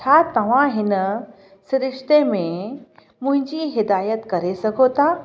छा तव्हां हिन सिरिश्ते में मुंहिंजी हिदायत करे सघो था